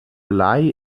blei